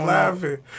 laughing